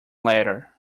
letter